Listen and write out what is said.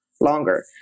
longer